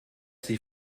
sie